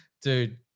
Dude